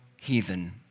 heathen